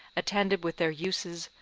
attended with their uses,